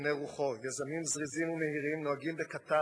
רוחו: יזמים זריזים ומהירים נוהגים בקטר